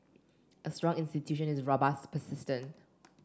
a strong institution is robust persistent